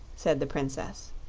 said the princess.